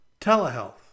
telehealth